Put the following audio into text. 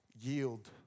yield